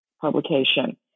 publication